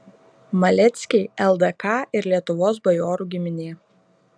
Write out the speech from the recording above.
maleckiai ldk ir lietuvos bajorų giminė